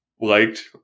liked